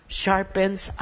sharpens